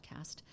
podcast